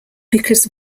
because